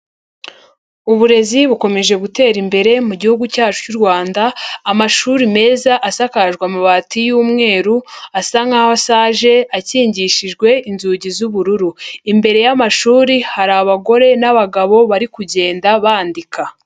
Uburezi bukomeje gutera imbere mu gihugu cyacu cy'u Rwanda, amashuri meza asakajwe amabati y'umweru, asa nkaho asaje, akingishijwe inzugi z'ubururu. Imbere y'amashuri hari abagore n'abagabo bari kugenda bandika.